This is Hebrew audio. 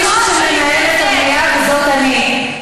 יש מישהו שמנהל את המליאה וזאת אני.